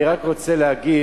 אני רק רוצה להגיב,